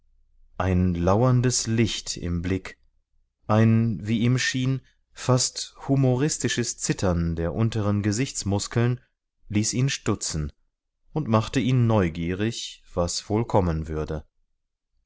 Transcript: ein lauerndes licht im blick ein wie ihm schien fast humoristisches zittern der unteren gesichtsmuskeln ließ ihn stutzen und machte ihn neugierig was wohl kommen würde